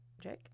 Jake